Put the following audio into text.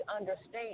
understand